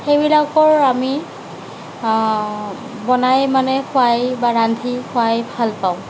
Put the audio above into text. সেইবিলাকৰ আমি বনাই মানে খুৱাই বা ৰান্ধি খুৱাই ভালপাওঁ